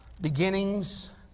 beginnings